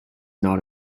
not